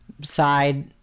side